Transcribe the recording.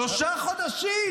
שלושה חודשים.